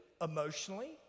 emotionally